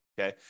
Okay